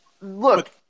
look